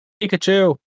Pikachu